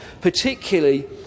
particularly